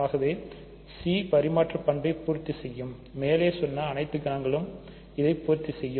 C பரிமாற்று பணப்பை பூர்த்தி செய்யும் மேலே சொன்ன அனைத்து கணங்களும் இதை பூர்த்தி செய்யும்